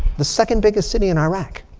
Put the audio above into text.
the second biggest city in iraq.